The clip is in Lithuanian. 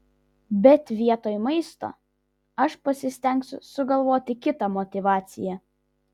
bet vietoj maisto aš pasistengsiu sugalvoti kitą motyvaciją